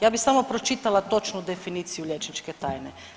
Ja bi samo pročitala točnu definiciju liječnike tajne.